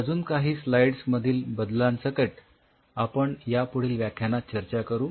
तर अजून काही स्लाईड मधील बदलांसकट आपण यापुढील व्याख्यानात चर्चा करू